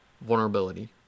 vulnerability